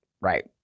right